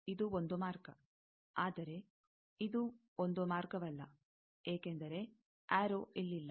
ಇದು ಒಂದು ಮಾರ್ಗ ಆದರೆ ಇದು ಒಂದು ಮಾರ್ಗವಲ್ಲ ಏಕೆಂದರೆ ಆರೋ ಇಲ್ಲಿಲ್ಲ